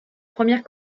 première